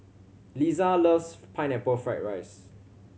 Liza loves Pineapple Fried rice